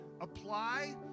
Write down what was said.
apply